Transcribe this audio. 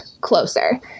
closer